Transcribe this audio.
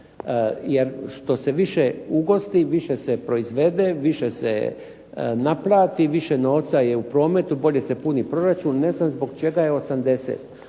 jer što se više ugosti više se proizvede, više se naplati, više novca je u prometu, bolje se puni proračun. Ne znam zbog čega je 80.